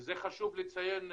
וזה חשוב לציין,